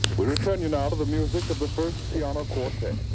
we return you now to the music of the first piano quartet.